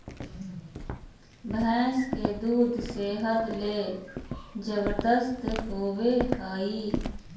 भैंस के दूध सेहत ले जबरदस्त होबय हइ